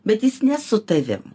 bet jis ne su tavim